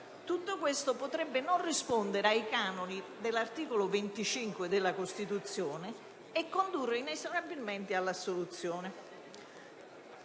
Tutto questo potrebbe non rispondere ai canoni dell'articolo 25 della Costituzione e condurre inesorabilmente all'assoluzione.